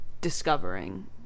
discovering